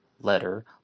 letter